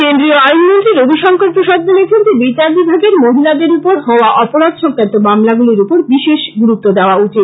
কেন্দ্রীয় আইন মন্ত্রী রবিশংকর প্রসাদ বলেছেন যে বিচার বিভাগের মহিলাদের উপর হওয়া অপরাধ সংক্রান্ত মামলাগুলির উপর বিশেষ গুরুত্ব দেওয়া উচিত